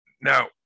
Now